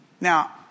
Now